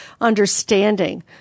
understanding